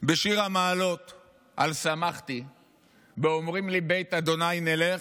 בשיר המעלות על "שמחתי באֹמרים לי בית ה' נלך"